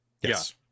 yes